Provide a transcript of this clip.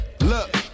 look